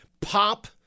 pop